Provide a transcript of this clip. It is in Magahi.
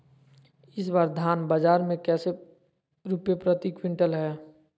इस बार धान बाजार मे कैसे रुपए प्रति क्विंटल है?